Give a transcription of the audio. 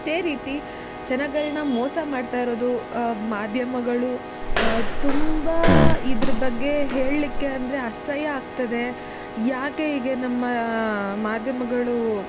ಇದೇ ರೀತಿ ಜನಗಳನ್ನ ಮೋಸ ಮಾಡ್ತಾ ಇರೋದು ಮಾಧ್ಯಮಗಳು ತುಂಬ ಇದ್ರ ಬಗ್ಗೆ ಹೇಳಲಿಕ್ಕೆ ಅಂದರೆ ಅಸಹ್ಯ ಆಗ್ತದೆ ಯಾಕೆ ಹೀಗೆ ನಮ್ಮ ಮಾಧ್ಯಮಗಳು